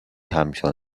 همچون